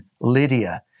Lydia